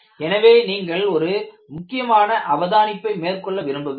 எனவே நீங்கள் ஒரு முக்கியமான அவதானிப்பை மேற்கொள்ள விரும்புகிறேன்